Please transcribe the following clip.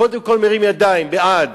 קודם כול מרים ידיים בעד,